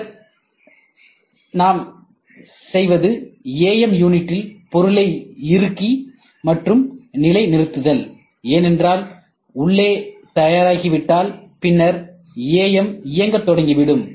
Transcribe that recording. பின்னர் நாம் என்ன செய்வது AM யூனிட்டில் பொருளை இறுக்கி மற்றும் நிலை நிறுத்துதல் ஏனென்றால் உள்ளே தயாராகி விட்டாள் பின்னர் AM இயங்கத் தொடங்கிவிடும்